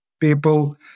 people